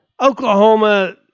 Oklahoma